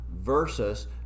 versus